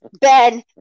Ben